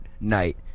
Night